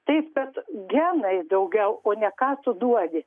taip kad genai daugiau o ne ką tu duodi